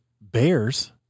Bears